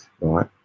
right